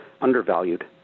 undervalued